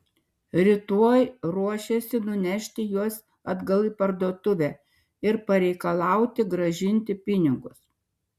rytoj ruošėsi nunešti juos atgal į parduotuvę ir pareikalauti grąžinti pinigus